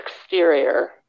exterior